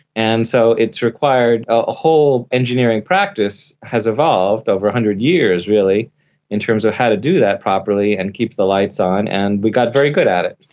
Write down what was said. and so it's required, a whole engineering practice has evolved over one hundred years really in terms of how to do that properly and keep the lights on, and we got very good at it.